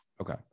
Okay